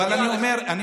אבל אני אומר,